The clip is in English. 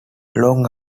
long